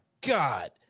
God